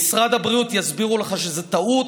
במשרד הבריאות יסבירו לך שזה טעות,